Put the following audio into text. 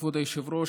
כבוד היושב-ראש,